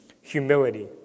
humility